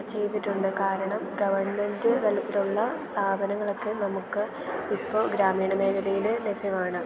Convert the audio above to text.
ചെയ്തിട്ടുണ്ട് കാരണം ഗവൺമെൻ്റ് തലത്തിലുള്ള സ്ഥാപനങ്ങളൊക്കെ നമുക്ക് ഇപ്പോൾ ഗ്രാമീണ മേഖലയില് ലഭ്യമാണ്